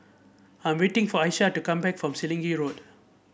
I am waiting for Aisha to come back from Selegie Road